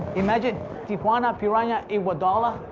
imagine tijuana piranha iguodala.